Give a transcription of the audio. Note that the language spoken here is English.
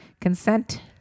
consent